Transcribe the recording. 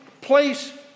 place